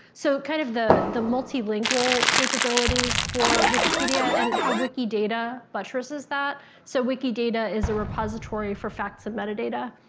so kind of the the multilingual capabilities for wikipedia and how wikidata buttresses that. so wikidata is a repository for facts and metadata.